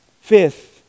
fifth